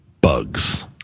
bugs